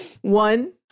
one